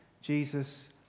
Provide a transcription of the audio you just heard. Jesus